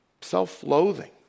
self-loathing